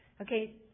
Okay